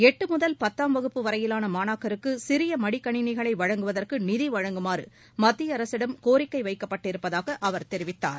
எட்டு முதல் பத்து வகுப்பு வரையிலான மாணாக்கருக்கு சிறிய மடிக்கணினிகளை வழங்குவதற்கு நிதி வழங்குமாறு மத்திய அரசிடம் கோரிக்கை வைக்கப்பட்டிருப்பதாக அவர் தெரிவித்தார்